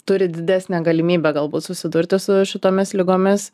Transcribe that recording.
turi didesnę galimybę galbūt susidurti su šitomis ligomis